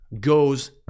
goes